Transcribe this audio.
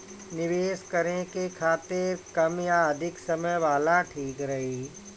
निवेश करें के खातिर कम या अधिक समय वाला ठीक रही?